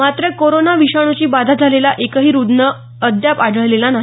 मात्र कोरोना विषाणूची बाधा झालेला एकही रुग्ण अद्याप आढळलेला नाही